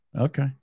Okay